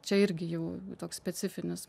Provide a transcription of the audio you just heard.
čia irgi jau toks specifinis